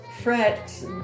frets